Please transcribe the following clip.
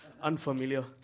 unfamiliar